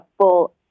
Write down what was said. full